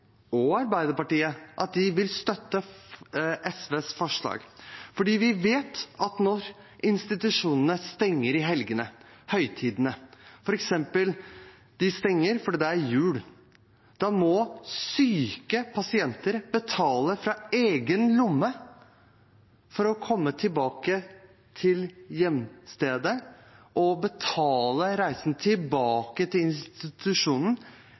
og Arbeiderpartiet at de vil støtte SVs forslag. Vi vet at når institusjonene stenger i helgene og høytidene, f.eks. fordi det er jul, må syke pasienter betale fra egen lomme for å komme tilbake til hjemstedet, og de må betale reisen tilbake til institusjonen